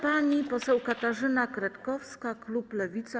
Pani poseł Katarzyna Kretkowska, klub Lewica.